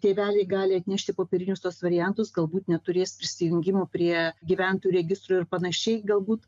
tėveliai gali atnešti popierinius tuos variantus galbūt neturės prisijungimų prie gyventojų registrų ir panašiai galbūt